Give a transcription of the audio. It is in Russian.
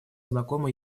знакома